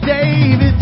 David